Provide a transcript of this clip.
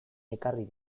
ekarri